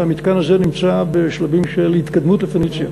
והמתקן הזה נמצא בשלבים של התקדמות ל"פניציה".